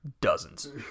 dozens